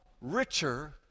richer